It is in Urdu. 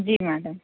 جی میڈم